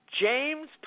James